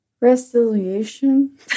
reconciliation